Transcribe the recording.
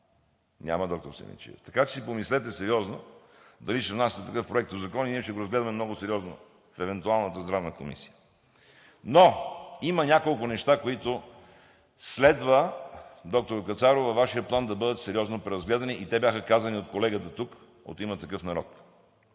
Няма, доктор Симидчиев. Така че си помислете сериозно дали ще внасяте такъв законопроект и ние ще го разгледаме много сериозно в евентуалната Здравна комисия. Но има няколко неща, доктор Кацаров, които следва във Вашия план да бъдат сериозно преразгледани, и те бяха казани тук от колегата от „Има такъв народ“.